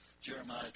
Jeremiah